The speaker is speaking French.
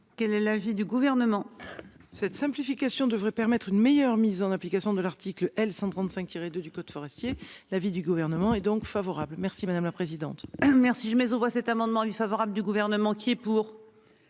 Quel est l'avis du gouvernement. Cette simplification devrait permettre une meilleure mise en application de l'article L 135 de du code forestier, l'avis du gouvernement et donc favorable. Merci madame la présidente. Merci je mais on voit cet amendement lui favorable du gouvernement qui est pour.